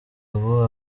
ubu